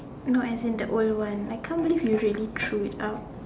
no as in the old one I can't believe you really threw it out